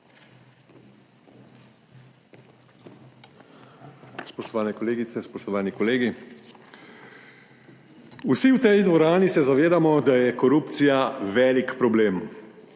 Spoštovane kolegice, spoštovani kolegi. Vsi v tej dvorani se zavedamo, da je korupcija velik problem.